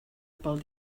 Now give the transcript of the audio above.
pel